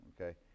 Okay